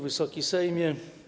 Wysoki Sejmie!